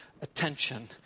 attention